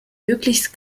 möglichst